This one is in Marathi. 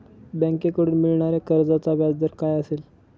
बँकेकडून मिळणाऱ्या कर्जाचा व्याजदर काय असेल?